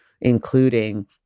including